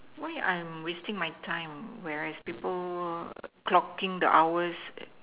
why I'm wasting my time where else people clocking the hours